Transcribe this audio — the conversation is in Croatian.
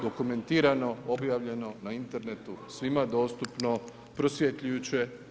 Dokumentirano, objavljeno na internetu, svima dostupno, prosvjetljujuće.